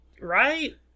Right